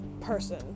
person